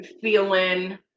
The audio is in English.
feeling